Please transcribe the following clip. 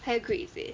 higher grade is it